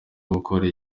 gukora